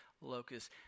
locust